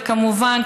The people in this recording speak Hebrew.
וכמובן,